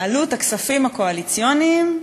עלות הכספים הקואליציוניים,